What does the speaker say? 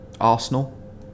Arsenal